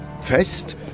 Fest